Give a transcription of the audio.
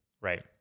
Right